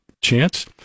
chance